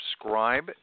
subscribe